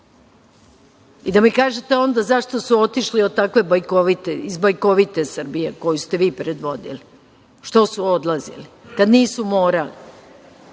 I da mi kažete onda zašto su otišli iz takve bajkovite Srbije koju ste vi predvodili, što su odlazili, kad nisu morali?